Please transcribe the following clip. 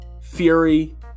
Fury